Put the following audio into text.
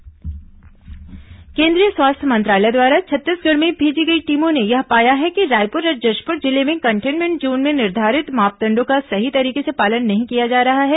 केंद्रीय टीम दौरा केंद्रीय स्वास्थ्य मंत्रालय द्वारा छत्तीसगढ़ में भेजी गई टीमों ने यह पाया है कि रायपुर और जशपुर जिलों में कंटेनमेंट जोन में निर्धारित मापदंडों का सही तरीके से पालन नहीं किया जा रहा है